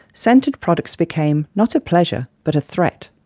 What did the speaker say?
scented products became, not a pleasure, but a threat.